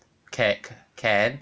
can can